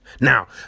now